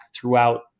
throughout